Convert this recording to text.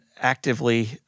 actively